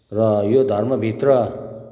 र यो धर्मभित्र